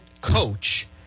coach